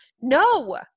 No